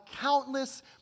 countless